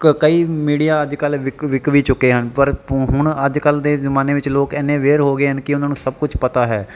ਕ ਕਈ ਮੀਡੀਆ ਅੱਜ ਕੱਲ ਵਿਕ ਵਿਕ ਵੀ ਚੁੱਕੇ ਹਨ ਪਰ ਹੁ ਹੁਣ ਅੱਜ ਕੱਲ ਦੇ ਜ਼ਮਾਨੇ ਵਿੱਚ ਲੋਕ ਇੰਨੇ ਅਵੇਅਰ ਹੋ ਗਏ ਹਨ ਕਿ ਉਹਨਾਂ ਨੂੰ ਸਭ ਕੁਛ ਪਤਾ ਹੈ